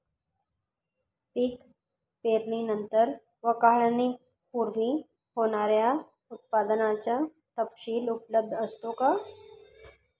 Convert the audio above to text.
पीक पेरणीनंतर व काढणीपूर्वी होणाऱ्या उत्पादनाचा तपशील उपलब्ध असतो का?